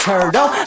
Turtle